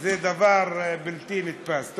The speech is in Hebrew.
זה דבר בלתי נתפס.